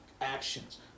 actions